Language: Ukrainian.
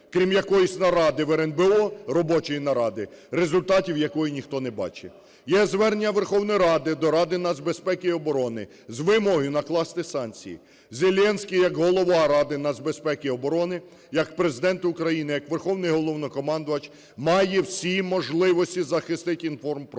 крім якоїсь наради в РНБО, робочої наради, результатів якої ніхто не бачив? Є звернення Верховної Ради до Ради нацбезпеки і оборони з вимогою накласти санкції. Зеленський як Голова Ради нацбезпеки і оборони, як Президент України, як Верховний головнокомандувач має всі можливості захистити інформпростір